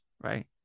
right